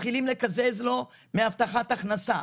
מתחילים לקזז לו מהבטחת ההכנסה.